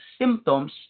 symptoms